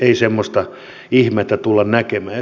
ei semmoista ihmettä tulla näkemään